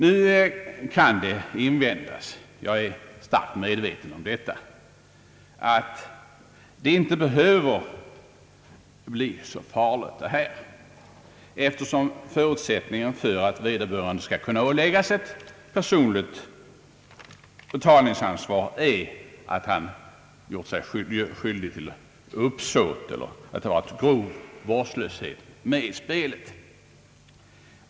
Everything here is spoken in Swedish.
Nu är jag starkt medveten om att man kan invända att det här inte behöver bli så farligt, eftersom förutsättningen för att vederbörande skall kunna åläggas ett personligt betalningsansvar är att han gjort sig skyldig till uppsåt eller att det varit grov vårdslöshet med i spelet.